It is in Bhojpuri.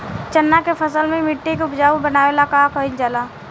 चन्ना के फसल में मिट्टी के उपजाऊ बनावे ला का कइल जाला?